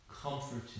comforting